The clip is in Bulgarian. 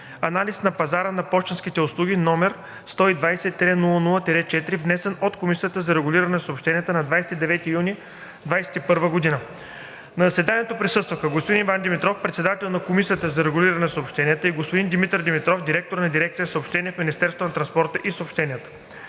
„Анализ на пазара на пощенски услуги“, № 120-00-4, внесен от Комисията за регулиране на съобщенията на 29 юни 2021 г. На заседанието присъстваха: господин Иван Димитров – председател на Комисията за регулиране на съобщенията, и господин Димитър Димитров – директор на дирекция „Съобщения“ в Министерството на транспорта и съобщенията.